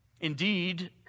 Indeed